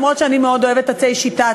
אף שאני מאוד אוהבת עצי שיטה,